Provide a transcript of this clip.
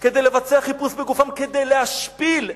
כדי לבצע חיפוש בגופן כדי להשפיל,